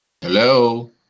Hello